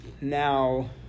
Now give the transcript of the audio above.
now